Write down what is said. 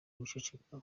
guceceka